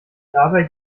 dabei